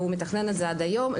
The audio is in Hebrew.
והוא מתכנן את זה עד היום,